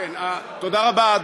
תודה רבה.